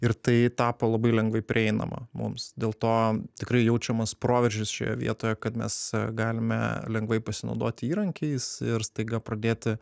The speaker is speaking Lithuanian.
ir tai tapo labai lengvai prieinama mums dėl to tikrai jaučiamas proveržis šioje vietoje kad mes galime lengvai pasinaudoti įrankiais ir staiga pradėti